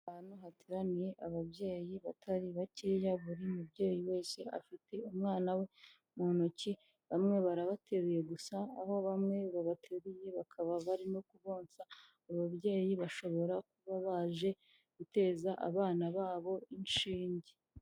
Ahantu hateraniye ababyeyi batari bakeya buri mubyeyi wese afite umwana we mu ntoki, bamwe barabateruye gusa aho bamwe babateruye bakaba barimo kubonsa, ababyeyi bashobora kuba baje guteza abana babo inshinge.